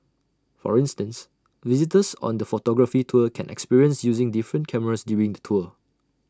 for instance visitors on the photography tour can experience using different cameras during the tour